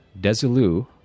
Desilu